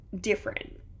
different